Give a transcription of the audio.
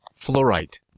fluorite